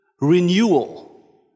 renewal